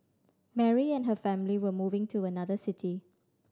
Mary and her family were moving to another city